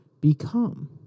become